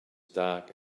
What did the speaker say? dark